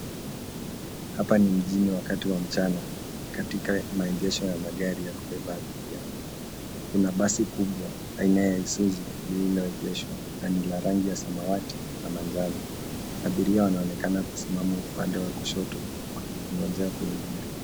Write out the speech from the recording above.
Hapa ni mjini wakati wa mchana katika maegesho ya magari ya kubeba abiria. Kuna basi kubwa aina ya Isuzu lililoegeshwa na ni la rangi ya samawati na manjano. Abiria wanaonekana kusimama upande wa kushoto wakingoja kuingia.